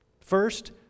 First